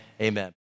Amen